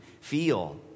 feel